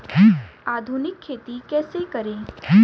आधुनिक खेती कैसे करें?